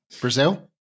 Brazil